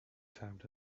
sound